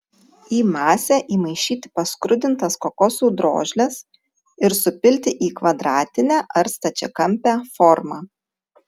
į masę įmaišyti paskrudintas kokosų drožles ir supilti į kvadratinę ar stačiakampę formą